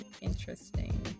interesting